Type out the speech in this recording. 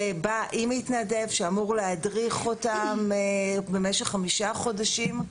שבא עם מתנדב שאמור להדריך אותם במשך חמישה חודשים.